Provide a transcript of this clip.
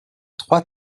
trois